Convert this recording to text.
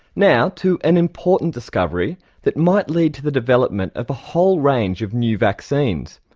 now to an important discovery that might lead to the development of a whole range of new vaccines.